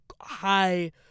high